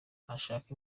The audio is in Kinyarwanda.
ntashaka